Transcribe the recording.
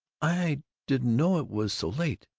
i didn't know it was so late!